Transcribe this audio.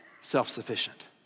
self-sufficient